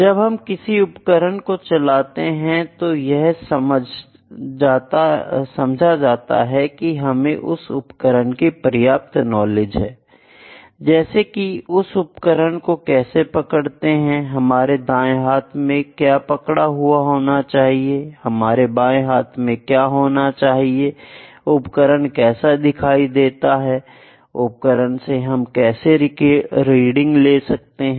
जब हम किसी उपकरण को चलाते हैं तो यह समझा जाता है कि हमें उस उपकरण की पर्याप्त नॉलेज है जैसे कि उस उपकरण को कैसे पकड़ते हैं हमारे दायें हाथ में क्या पकड़ा हुआ होना चाहिए हमारे बायें हाथ में क्या होना चाहिए उपकरण कैसा दिखाई देता है उपकरण से हम कैसे रीडिंग ले सकते हैं